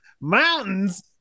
Mountains